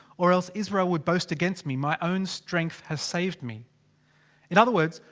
or else israel would boast against me my own strength has saved me in other words.